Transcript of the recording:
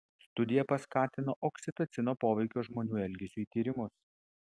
studija paskatino oksitocino poveikio žmonių elgesiui tyrimus